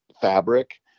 fabric